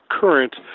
current